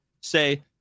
say